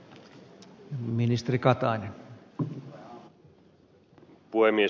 arvoisa puhemies